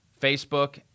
Facebook